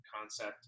concept